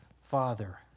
Father